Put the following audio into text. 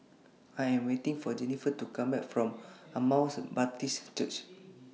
I Am waiting For Jennifer to Come Back from Emmaus Baptist Church